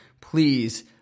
please